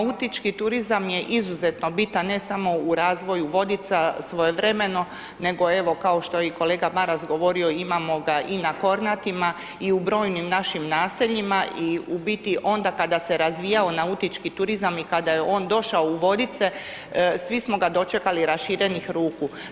Nautički turizam je izuzetno bitan, ne samo u razvoju Vodica, svojevremeno, nego evo, kao što je i kolega Maras govorio, imamo ga i na Kornatima i u brojnim našim naseljima i u biti onda kada se razvijao nautički turizam i kada je on došao u Vodice, svi smo ga dočekali raširenih ruku.